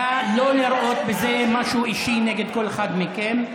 נא לא לראות בזה משהו אישי נגד כל אחד מכם.